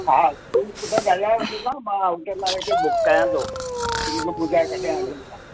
हा तूं पुटु ॻाल्हाए वठि त मां होटल वारे खे बुक कयां थो ॿुधाइ कॾहिं हलऊं त